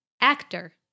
actor